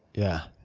yeah.